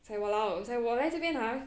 it's like !walao! 我来这边 ah